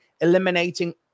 eliminating